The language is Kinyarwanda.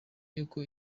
y’uko